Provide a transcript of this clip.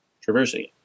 traversing